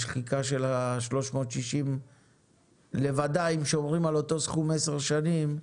השחיקה של ה-360 לבדה אם שומרים על אותו סכום 10 שנים,